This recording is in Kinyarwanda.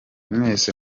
mwese